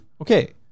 okay